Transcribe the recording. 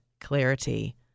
clarity